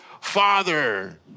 Father